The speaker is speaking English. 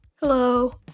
Hello